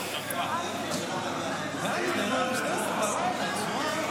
אתה נגד ספריות.